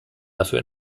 dafür